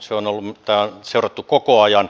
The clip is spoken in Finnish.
sitä on seurattu koko ajan